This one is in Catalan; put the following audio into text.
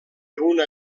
una